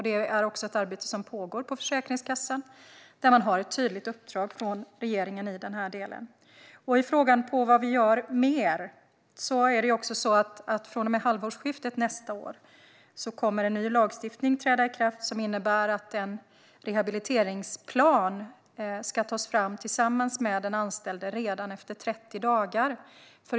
Detta är ett arbete som pågår på Försäkringskassan, där man har ett tydligt uppdrag från regeringen i den delen. Vad gör vi mer? Från och med halvårsskiftet nästa år kommer en ny lagstiftning att träda i kraft som innebär att en rehabiliteringsplan ska tas fram tillsammans med den anställde redan efter 30 dagar.